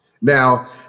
Now